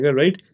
right